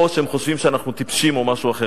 או שהם חושבים שאנחנו טיפשים או משהו אחר.